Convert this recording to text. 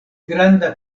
granda